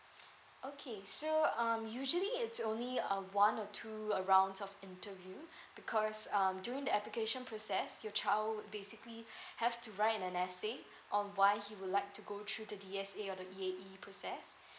okay so um usually it's only a one or two uh round of interview because um during the application process your child would basically have to write in an essay on why he would like to go through the D_S_A or the E_A_E process